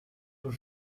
voor